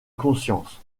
conscience